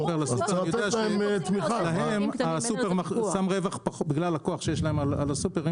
יש כוח שהם יכולים להפעיל על הסופרים.